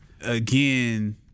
again